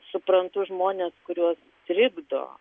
suprantu žmones kuriuos trikdo